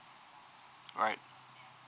right